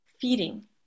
feeding